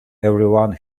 everyone